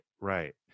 right